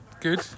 Good